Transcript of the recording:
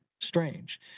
strange